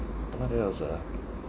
what else ah